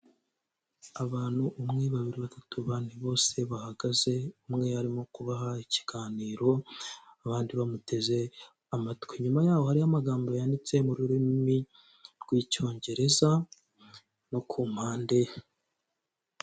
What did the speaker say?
Abantu umwe, babiri, batatu, bane bose bahagaze umwe arimo kubaha ikiganiro abandi bamuteze amatwi. Inyuma yaho hariho amagambo yanditse mu rurimi rw'icyongereza no ku mpande.